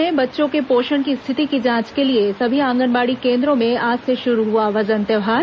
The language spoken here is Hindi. प्रदेश में बच्चों के पोषण की स्थिति की जांच के लिए सभी आंगनबाड़ी केंद्रों में आज से शुरू हुआ वजन त्यौहार